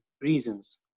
reasons